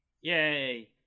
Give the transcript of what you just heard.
Yay